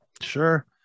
Sure